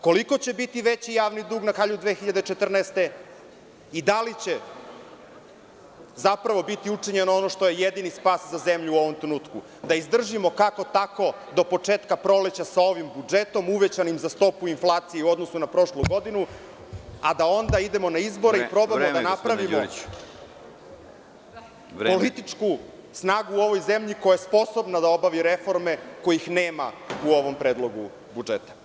Koliko će biti veći javni dug na kraju 2014. godine i da li će zapravo biti učinjeno ono što je jedini spas za zemlju u ovom trenutku da izdržimo kako tako do početka proleća sa ovim budžetom uvećanim za stopu inflaciju u odnosu na prošlu godinu, a da onda idemo na izbore i probamo da napravimo političku snagu u ovoj zemlji koja je sposobna da obavi reforme kojih nema u ovom predlogu budžeta.